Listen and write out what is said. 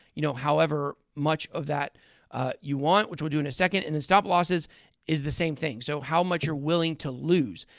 you know, however much of that you want, which we'll do in a second. and then stop-losses is the same thing. so how much you're willing to lose.